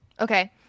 Okay